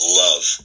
love